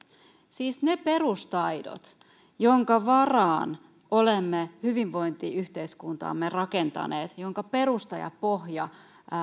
siis ne perustaidot joiden varaan olemme hyvinvointiyhteiskuntamme rakentaneet joiden perustalla ja pohjalla